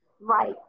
Right